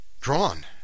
drawn